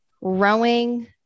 rowing